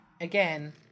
again